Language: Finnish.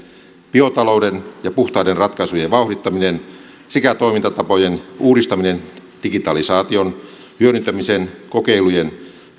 biotalouden ja puhtaiden ratkaisujen vauhdittaminen sekä toimintatapojen uudistaminen digitalisaation hyödyntämisen kokeilujen